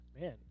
Man